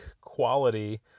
quality